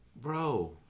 Bro